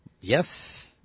Yes